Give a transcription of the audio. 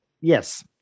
yes